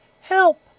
HELP